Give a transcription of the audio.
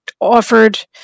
offered